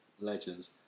legends